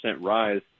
rise